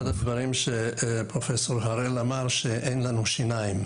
אחד הדברים שפרופסור הראל אמר זה שאין לנו שיניים.